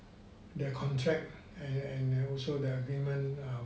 their contract and and also their agreement